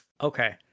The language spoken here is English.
Okay